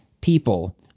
people